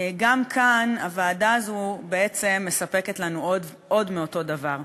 גם כאן הוועדה הזו בעצם מספקת לנו עוד מאותו דבר.